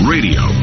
Radio